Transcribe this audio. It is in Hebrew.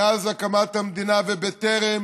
מאז הקמת המדינה ובטרם